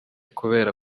kubera